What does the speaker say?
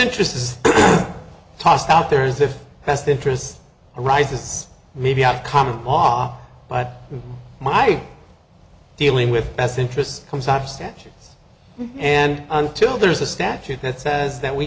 interest tossed out there is if the best interest arises maybe our common law but my dealing with best interests comes up statutes and until there's a statute that says that we